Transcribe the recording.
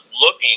looking